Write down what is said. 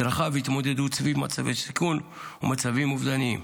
הדרכה והתמודדות סביב מצבי סיכון ומצבים אובדניים.